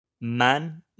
Man